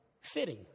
fitting